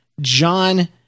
John